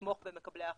לתמוך במקבלי ההחלטות.